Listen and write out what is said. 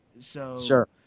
Sure